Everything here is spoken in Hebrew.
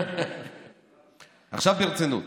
עכשיו ברצינות.